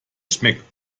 schmeckt